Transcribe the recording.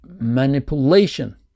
manipulation